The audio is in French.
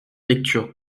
lecture